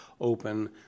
open